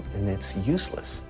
and it's useless.